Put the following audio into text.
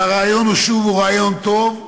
והרעיון הוא, שוב, רעיון טוב.